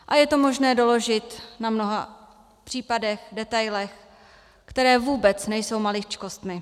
A je to možné doložit na mnoha případech, detailech, které vůbec nejsou maličkostmi.